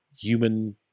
human